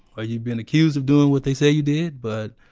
or you've been accused of doing what they say you did but